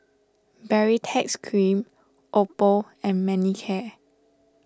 Baritex Cream Oppo and Manicare